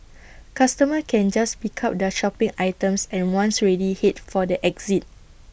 customers can just pick up their shopping items and once ready Head for the exit